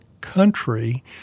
country